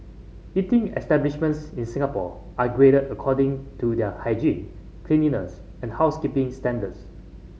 eating establishments in Singapore are graded according to their hygiene cleanliness and housekeeping standards